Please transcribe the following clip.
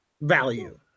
value